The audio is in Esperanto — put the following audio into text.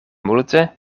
multe